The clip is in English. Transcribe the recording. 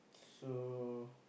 so